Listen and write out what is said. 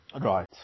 Right